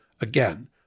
again